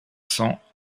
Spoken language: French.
cents